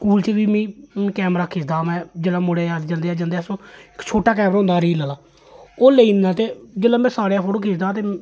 school च बी मी कैमरा खिचदा हा में जेल्लै मुड़े जंदे जंदे हे छोटा कैमरा होंदा हा रील आह्ला ओह् लेई जाना ते जेल्लै में सारे दा फोटो खिचदा हा ते